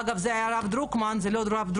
אגב זה היה הרב דרוקמן, זה